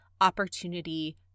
opportunity